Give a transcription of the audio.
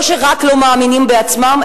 לא רק שהם לא מאמינים בעצמם,